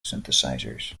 synthesizers